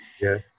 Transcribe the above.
yes